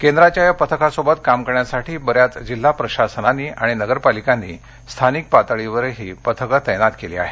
केंद्राच्या या पथकासोबत काम करण्यासाठी बऱ्याच जिल्हा प्रशासनांनी आणि नगरपालिकांनी स्थानिक पातळीवरही पथकं तैनात केली आहेत